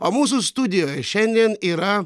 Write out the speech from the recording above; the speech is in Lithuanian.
o mūsų studijoj šiandien yra